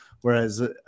whereas